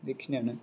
बेखिनियानो